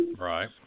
Right